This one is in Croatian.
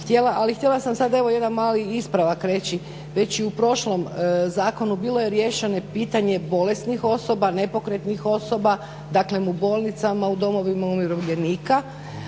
htjela sam sad evo jedan mali ispravak reći već i u prošlom zakonu bilo je riješeno pitanje bolesnih osoba, nepokretnih osoba, dakle u bolnicama, u domovima umirovljenika.